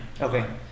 Okay